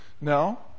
No